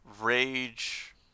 rage